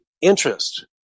interest